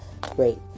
great